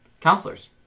counselors